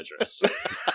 address